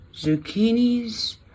zucchinis